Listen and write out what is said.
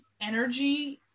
energy –